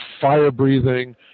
fire-breathing